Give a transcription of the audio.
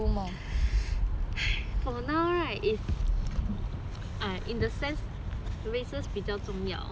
for now right and in the sense the braces 比较重要